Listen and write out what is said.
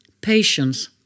Patience